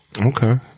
Okay